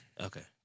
Okay